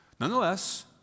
Nonetheless